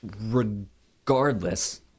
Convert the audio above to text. regardless